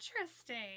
interesting